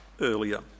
earlier